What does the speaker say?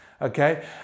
okay